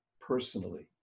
personally